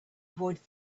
avoid